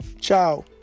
Ciao